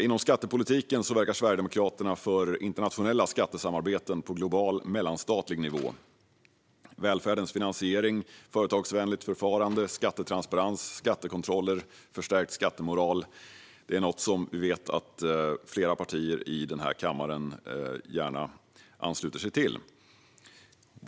Inom skattepolitiken verkar Sverigedemokraterna för internationella skattesamarbeten på global mellanstatlig nivå och inom områden som välfärdens finansiering, företagsvänligt förfarande, skattetransparens, skattekontroller och förstärkt skattemoral. Vi vet att flera partier i den här kammaren gärna ansluter sig till detta.